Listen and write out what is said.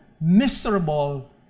miserable